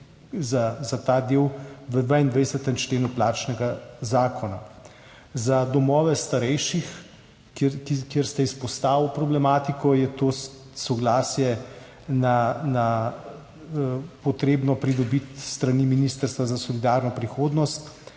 za ta del v 22. členu plačnega zakona. Za domove starejših, kjer ste izpostavili problematiko, je to soglasje potrebno pridobiti s strani Ministrstva za solidarno prihodnost,